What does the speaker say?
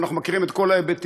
אנחנו מכירים את כל ההיבטים,